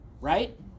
right